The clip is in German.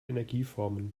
energieformen